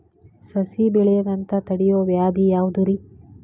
ಸಸಿ ಬೆಳೆಯದಂತ ತಡಿಯೋ ವ್ಯಾಧಿ ಯಾವುದು ರಿ?